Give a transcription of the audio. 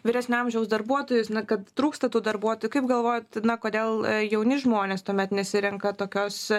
vyresnio amžiaus darbuotojus kad trūksta tų darbuotojų kaip galvojat na kodėl jauni žmonės tuomet nesirenka tokios